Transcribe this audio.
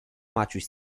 maciuś